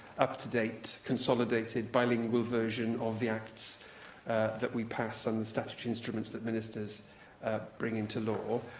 up-to-date, consolidated, bilingual version of the acts that we pass and the statutory instruments that ministers bring into law.